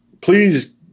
Please